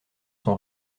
sont